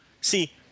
See